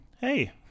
hey